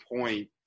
point